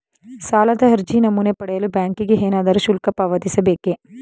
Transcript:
ಸಾಲದ ಅರ್ಜಿ ನಮೂನೆ ಪಡೆಯಲು ಬ್ಯಾಂಕಿಗೆ ಏನಾದರೂ ಶುಲ್ಕ ಪಾವತಿಸಬೇಕೇ?